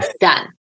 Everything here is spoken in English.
Done